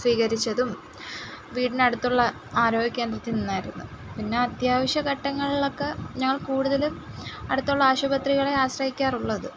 സ്വീകരിച്ചതും വീടിന് അടുത്തുള്ള ആരോഗ്യ കേന്ദ്രത്തിൽ നിന്നായിരുന്നു പിന്നെ അത്യാവിശ്യ ഘട്ടങ്ങളിലൊക്കെ ഞാൻ കൂടുതലും അടുത്തുള്ള ആശുപത്രികളെ ആശ്രയിക്കാറുള്ളത്